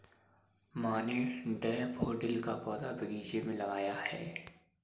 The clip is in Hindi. माँ ने डैफ़ोडिल का पौधा बगीचे में लगाया है